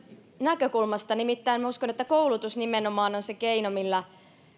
näkökulmasta nimittäin minä uskon että nimenomaan koulutus on se keino millä